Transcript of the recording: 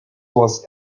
was